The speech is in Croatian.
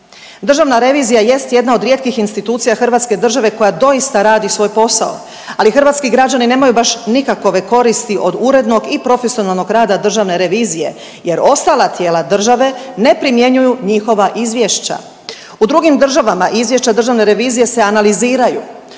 Državna revizija jest jedna od rijetkih institucija hrvatske države koja doista radi svoj posao, ali hrvatski građani nemaju baš nikakove koristi od urednog i profesionalnog rada državne revizije jer ostala tijela države ne primjenjuju njihova izvješća. U drugim državama izvješća državne revizije se analiziraju,